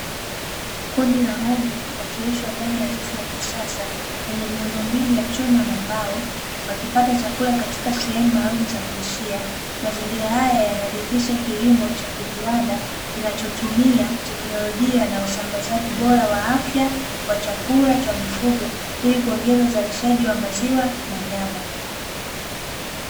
Kundi la ng'ombe wakilishwa ndani ya zizi la kisasa, lenye miundombinu ya chuma na mbao, wakipata chakula katika sehemu maalumu za kulishia; mazingira haya yanaridhisha kilimo cha viwanda kinachotumia teknolojia na usambazaji bora wa afya wa chakula cha mifugo, ili kuongeza uzalishaji wa maziwa na nyama.